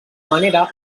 manera